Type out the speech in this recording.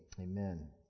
Amen